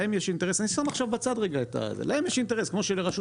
אני לרגע שם את זה בצד עכשיו כמו שלרשות